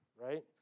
right